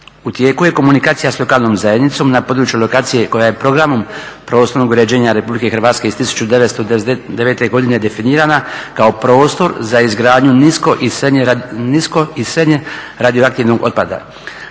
U tijeku je komunikacija sa lokalnom zajednicom na području lokacije koja je programom prostornog uređenja Republike Hrvatske iz 1999. godine definirana kao prostor za izgradnju nisko i srednje radioaktivnog otpada.